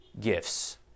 gifts